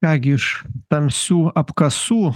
ką gi iš tamsių apkasų